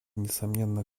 несомненно